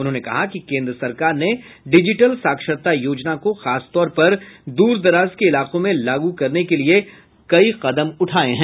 उन्होंने कहा कि केन्द्र सरकार ने डिजिटल साक्षरता योजना को खास तौर पर दूर दराज के इलाकों में लागू करने के लिए कई कदम उठाये हैं